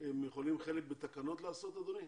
הם יכולים חלק לעשות בתקנות, אדוני?